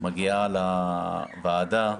מגיעה לוועדה,